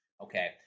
okay